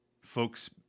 folks